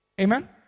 Amen